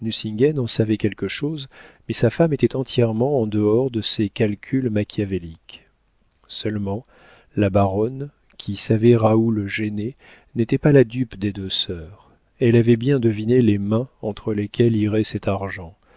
en savait quelque chose mais sa femme était entièrement en dehors de ces calculs machiavéliques seulement la baronne qui savait raoul gêné n'était pas la dupe des deux sœurs elle avait bien deviné les mains entre lesquelles irait cet argent